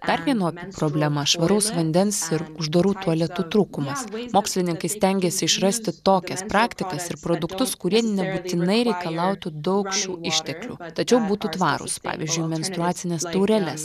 dar viena opi problema švaraus vandens ir uždarų tualetų trūkumas mokslininkai stengiasi išrasti tokias praktikas ir produktus kurie nebūtinai reikalautų daug šių išteklių tačiau būtų tvarūs pavyzdžiui menstruacines taureles